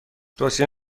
توصیه